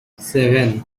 seven